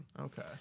Okay